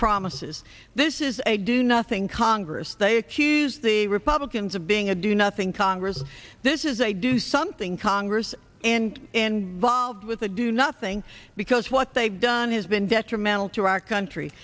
promises this is a do nothing congress they accuse the republicans of being a do nothing congress and this is a do something congress and involved with a do nothing because what they've done has been detrimental to our country